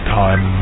time